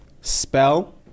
Spell